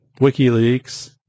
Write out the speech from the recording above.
WikiLeaks